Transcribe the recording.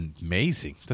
amazing